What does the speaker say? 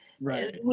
Right